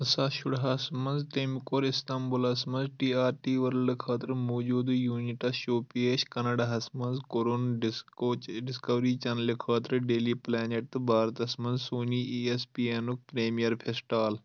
زٕ ساس شُرہس ہس منٛز تٔمۍ کوٚر استنبولس منٛز ٹی آر ٹی ورلڈ خٲطرٕ موجودٕ یونٹس شو پیش کینیڈاہس منٛز کوٚرُن ڈسکوچ ڈسکوری چینلہِ خٲطرٕ ڈیلی پلینٹ تہٕ بارتس منٛز سونی ای ایس پی اینُک پریمیر فیٚسٹال